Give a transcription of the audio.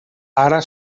ara